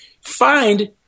Find